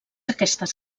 aquestes